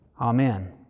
Amen